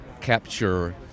capture